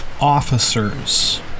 officers